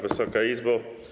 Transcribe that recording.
Wysoka Izbo!